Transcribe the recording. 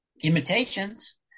imitations